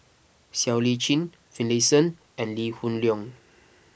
Siow Lee Chin Finlayson and Lee Hoon Leong